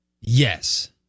Yes